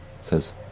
says